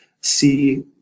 see